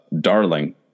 darling